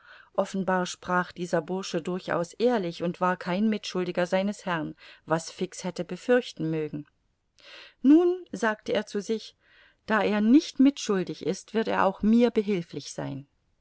offenbar sprach dieser bursche durchaus ehrlich und war kein mitschuldiger seines herrn was fix hätte befürchten mögen nun sagte er zu sich da er nicht mitschuldig ist wird er auch mir behilflich sein